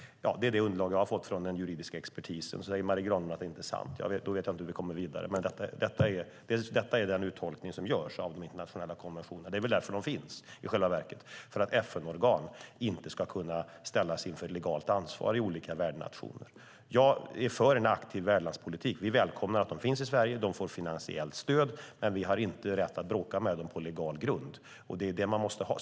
Detta är det underlag jag har fått från den juridiska expertisen. Marie Granlund säger att det inte är sant. Då vet jag inte hur vi kommer vidare. Detta är den uttolkning som görs av den internationella konventionen. Den finns väl i själva verket till för att FN-organ inte ska kunna ställas inför legalt ansvar i olika värdnationer. Jag är för en aktiv värdlandspolitik. Vi välkomnar att de finns i Sverige, och de får finansiellt stöd. Men vi har inte rätt att bråka med dem på legal grund, och det är det man måste ha.